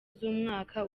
z’umwaka